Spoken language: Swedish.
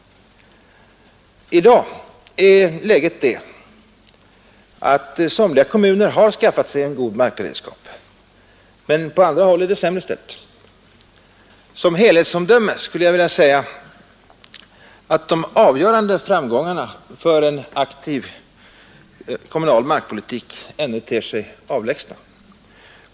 I dag är läget det att somliga kommuner har skaffat sig en god markberedskap. Men på andra håll är det sämre ställt. Som helhetsomdöme skulle jag vilja säga att de avgörande framgångarna för en aktiv markpolitik ännu ter sig avlägsna.